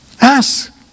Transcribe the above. Ask